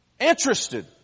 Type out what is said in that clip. interested